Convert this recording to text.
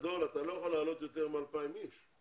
בגדול אתה לא יכול להעלות יותר מ-2,000 אנשם.